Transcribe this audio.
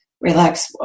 relax